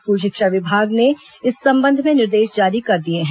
school शिक्षा विभाग ने इस संबंध में निर्देश जारी कर दिए हैं